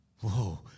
Whoa